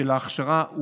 של ההכשרה,